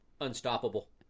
Unstoppable